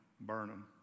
Burnham